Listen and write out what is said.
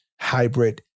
hybrid